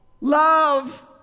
love